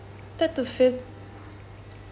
third to fifth